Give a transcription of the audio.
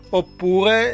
oppure